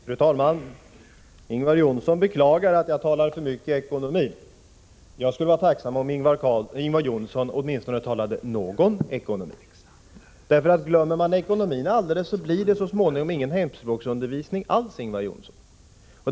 Fru talman! Ingvar Johnsson beklagar att jag talar mycket ekonomi. Jag skulle vara tacksam om Ingvar Johnsson åtminstone talade någon ekonomi. Glömmer man ekonomin alldeles, blir det så småningom ingen hemspråksundervisning alls, Ingvar Johnsson.